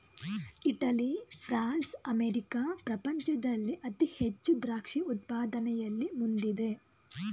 Italy, France, America ಪ್ರಪಂಚದಲ್ಲಿ ಅತಿ ಹೆಚ್ಚು ದ್ರಾಕ್ಷಿ ಉತ್ಪಾದನೆಯಲ್ಲಿ ಮುಂದಿದೆ